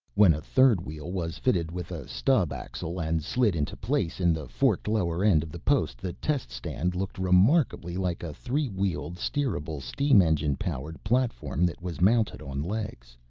when a third wheel was fitted with a stub axle and slid into place in the forked lower end of the post the test stand looked remarkably like a three-wheeled, steerable, steam engine powered platform that was mounted on legs.